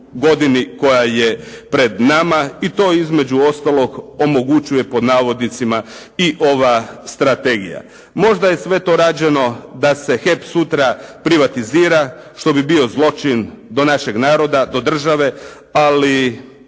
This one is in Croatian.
godini koja je pred nama i to između ostalog "omogućuje" i ova strategija. Možda je sve to rađeno da se HEP sutra privatizira što bi bio zločin do našeg naroda, do države ali